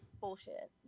bullshit